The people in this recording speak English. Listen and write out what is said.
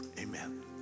Amen